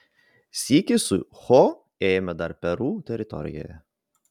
sykį su cho ėjome dar peru teritorijoje